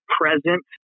present